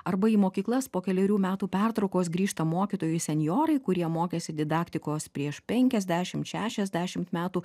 arba į mokyklas po kelerių metų pertraukos grįžta mokytojai senjorai kurie mokėsi didaktikos prieš penkiasdešimt šešiasdešimt metų